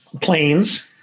planes